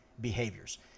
behaviors